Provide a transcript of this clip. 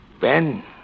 Ben